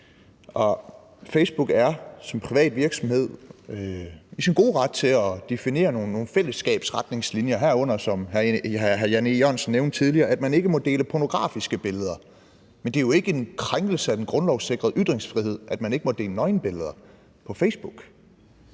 Facebook er som privat virksomhed i sin gode ret til at definere nogle fællesskabsretningslinjer, herunder som hr. Jan E. Jørgensen nævnte tidligere, at man ikke må dele pornografiske billeder. Men det er jo ikke en krænkelse af den grundlovssikrede ytringsfrihed, at man ikke må dele nøgenbilleder på Facebook.